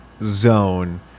zone